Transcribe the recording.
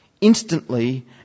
Instantly